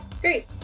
Great